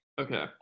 Okay